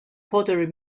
pottery